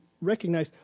recognize